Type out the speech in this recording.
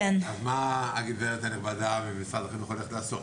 מה הגברת הנכבדה ממשרד החינוך הולכת לעשות?